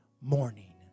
morning